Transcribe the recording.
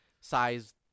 size